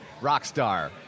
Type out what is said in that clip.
Rockstar